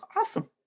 Awesome